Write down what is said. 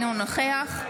אינו נוכח איימן עודה,